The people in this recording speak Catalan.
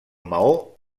maó